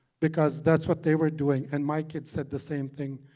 because that's what they were doing and my kids said the same thing.